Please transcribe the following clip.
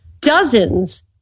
dozens